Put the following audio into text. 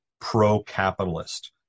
pro-capitalist